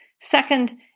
Second